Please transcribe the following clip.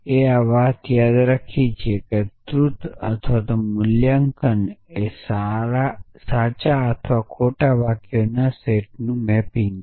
આપણે આ યાદ રાખીએ છીએ કે આ ટ્રુથ અથવા મૂલ્યાંકન એ સાચા અથવા ખોટા વાક્યોના આ સેટનું મેપિંગ છે